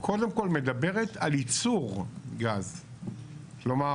קודם כל מדברת על ייצור גז, כלומר